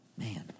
Man